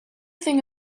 thing